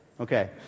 Okay